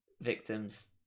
victims